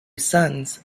sons